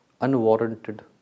unwarranted